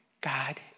God